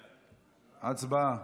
הצבעה.